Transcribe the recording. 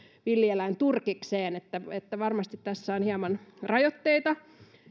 villieläinturkikseen eli varmasti tässä on hieman rajoitteita